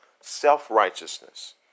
self-righteousness